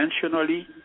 conventionally